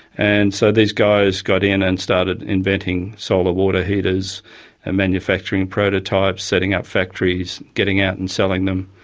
and so these guys got in and started inventing solar water heaters and manufacturing prototypes, setting up factories, getting out and selling them,